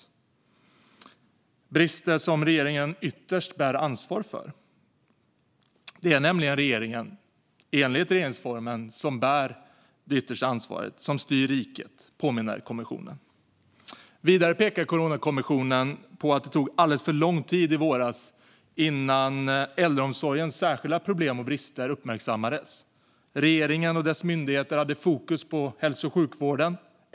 Det är brister som regeringen ytterst bär ansvar för. Det är nämligen regeringen som enligt regeringsformen bär det yttersta ansvaret och styr riket, påminner kommissionen. Vidare pekar Coronakommissionen på att det i våras tog alldeles för lång tid innan äldreomsorgens särskilda problem och brister uppmärksammades. Regeringen och dess myndigheter hade fokus på hälso och sjukvården.